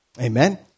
Amen